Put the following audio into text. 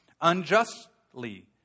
unjustly